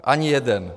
Ani jeden.